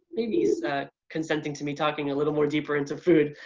maybe he's consenting to me talking a little more deeper into food,